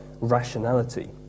rationality